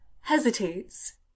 hesitates